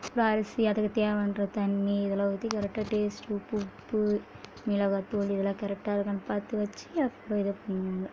அப்புறம் அரிசி அதுக்கு தேவையானகிற தண்ணி இதெல்லாம் ஊற்றி கரெக்டாக டேஸ்ட்டு உப்பு கிப்பு மிளகாய் தூள் இதெல்லாம் கரெக்டாக இருக்கான்னு பார்த்து வச்சு அப்புறம் இதை பண்ணுவாங்க